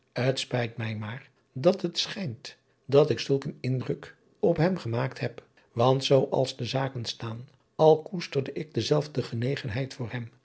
t pijt mij maar dat het schijnt dat ik zulk eenen indruk op hem gemaakt heb want zoo als de zaken staan al koesterde ik dezelfde genegenheid voor hem